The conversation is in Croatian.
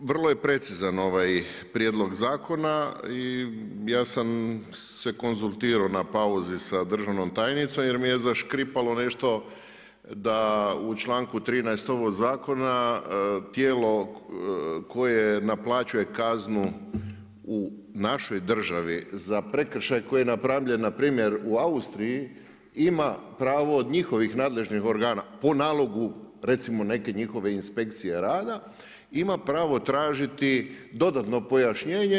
Vrlo je precizan ovaj prijedlog zakona i ja sam se konzultirao na pauzi sa državnom tajnicom jer mi je zaškripalo nešto da u članku 13. ovog zakona tijelo koje naplaćuje kaznu u našoj državi za prekršaj koji je napravljen npr. u Austriji ima pravo od njihovih nadležnih organa, po nalogu recimo neke njihove inspekcije rada ima pravo tražiti dodatno pojašnjenje.